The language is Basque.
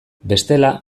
bestela